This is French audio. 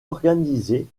organisée